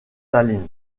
tallinn